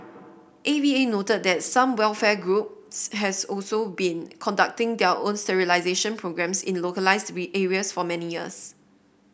A V A noted that some welfare groups has also been conducting their own sterilisation programmes in localised areas for many years